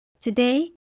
Today